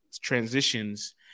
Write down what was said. transitions